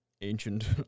ancient